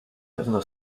pewno